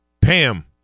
Pam